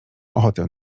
ochotę